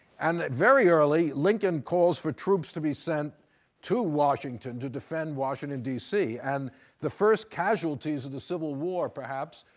and very early, lincoln calls for troops to be sent to washington, to defend washington, d c. and the first casualties of the civil war, perhaps,